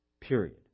Period